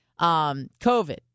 COVID